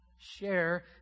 Share